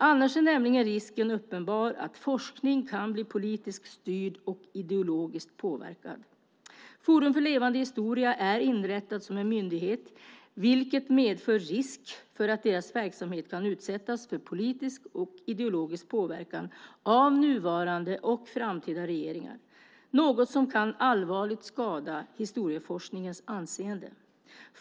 Annars är risken uppenbar att forskning kan bli politiskt styrd och ideologiskt påverkad. Forum för levande historia är inrättad som en myndighet, vilket medför risk för att dess verksamhet kan utsättas för politisk och ideologisk påverkan av nuvarande och framtida regeringar. Det är något som allvarligt kan skada historieforskningens anseende.